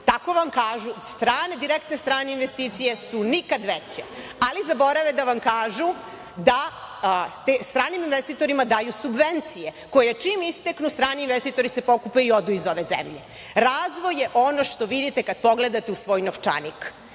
Tako vam kažu – direktne strane investicije su nikad veće, ali zaborave da vam kažu da stranim investitorima daju subvencije, koje čim isteknu strani investitori se pokupe i odu iz ove zemlje. Razvoj je ono što vidite kada pogledate u svoj novčanik.